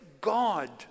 God